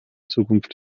zukunft